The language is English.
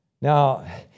Now